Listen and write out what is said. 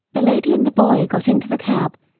the lady and the boy got into the cab,